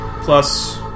Plus